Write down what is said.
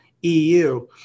EU